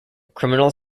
criminal